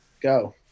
go